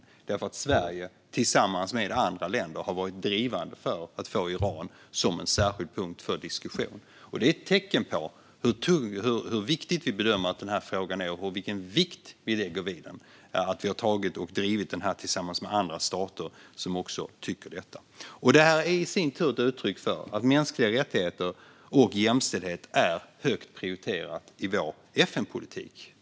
Det är för att Sverige tillsammans med andra länder har varit drivande för att få Iran som en särskild punkt för diskussion. Det är ett tecken på hur viktig vi tycker att frågan är och vilken vikt vi lägger vid den att vi har drivit den med andra stater som också tycker detta. Detta är i sin tur ett uttryck för att mänskliga rättigheter och jämställdhet är högt prioriterade i vår FN-politik.